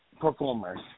performers